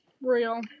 Real